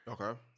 Okay